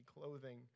clothing